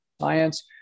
science